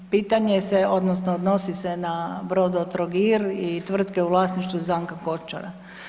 Pitanje se odnosno odnosi se na Brodotrogir i tvrtke u vlasništvu Danka Končara.